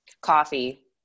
coffee